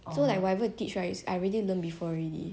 so like whatever they teach right is I really learn before already